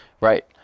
right